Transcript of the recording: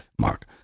Mark